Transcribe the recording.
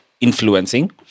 influencing